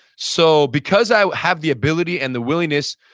so because i have the ability and the willingness,